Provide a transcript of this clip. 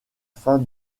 fin